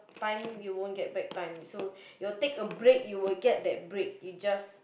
time you wont get back time so your take a break you will get that break you just